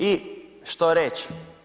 I, što reći?